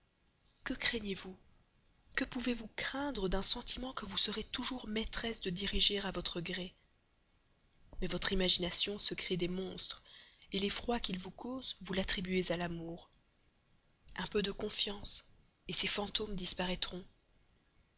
que craignez-vous que pouvez-vous craindre d'un sentiment que vous serez toujours maîtresse de diriger à votre gré mais votre imagination se crée des monstres l'effroi qu'ils vous causent vous l'attribuez à l'amour un peu de confiance ces fantômes disparaîtront